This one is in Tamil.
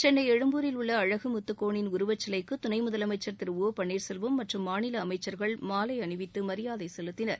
சென்னை எழும்பூரில் உள்ள அழகுமுத்துக்கோனின் உருவச்சிலைக்கு துணை முதலமைச்சர் திரு ஒ பன்னீர் செல்வம் மற்றும் மாநில அமைச்சர்கள் மாலை அணிவித்து மரியாதை செலுத்தினர்